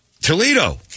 Toledo